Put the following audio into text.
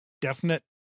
definite